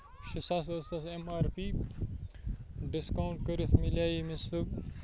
شیٚے ساس ٲسۍ تَتھ ایم آر پی ڈِسکوُنٹ کٔرِتھ مِلیے مےٚ سُہ